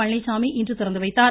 பழனிச்சாமி இன்று திறந்து வைத்தார்